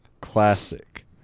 classic